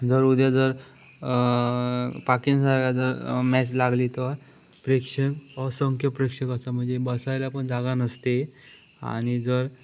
जर उद्या जर पाकिस्तानचा मॅच लागली तर प्रेक्षक असंख्य प्रेक्षकाचा म्हणजे बसायला पण जागा नसते आणि जर